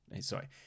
sorry –